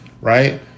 right